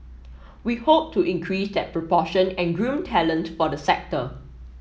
we hope to increase that proportion and groom talent for the sector